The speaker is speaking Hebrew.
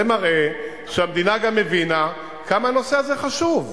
זה מראה שהמדינה גם הבינה כמה הנושא הזה חשוב.